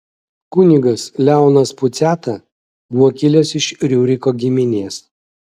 kunigas leonas puciata buvo kilęs iš riuriko giminės